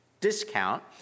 discount